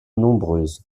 nombreuses